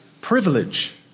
privilege